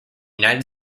united